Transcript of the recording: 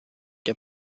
der